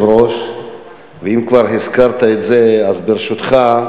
אם כבר הזכרת את זה, ברשותך,